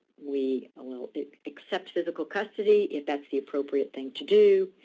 we, ah well, accepts physical custody, if that's the appropriate thing to do,